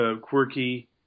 quirky